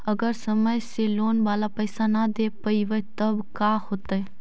अगर समय से लोन बाला पैसा न दे पईबै तब का होतै?